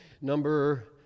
Number